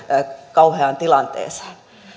kauheaan tilanteeseen